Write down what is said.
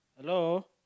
Hello